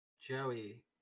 Joey